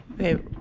Okay